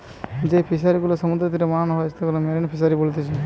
যেই ফিশারি গুলা সমুদ্রের তীরে বানানো হয়ঢু তাকে মেরিন ফিসারী বলতিচ্ছে